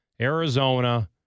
Arizona